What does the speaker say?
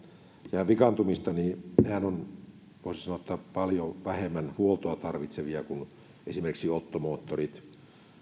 ja vikaantumista niin nehän ovat voisi sanoa paljon vähemmän huoltoa tarvitsevia kuin esimerkiksi ottomoottorit